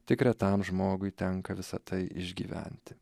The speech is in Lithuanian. tik retam žmogui tenka visa tai išgyventi